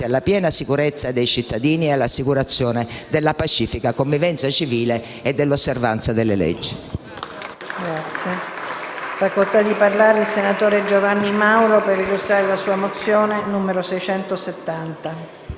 alla piena sicurezza dei cittadini con l'assicurazione della pacifica convivenza civile e dell'osservanza delle leggi.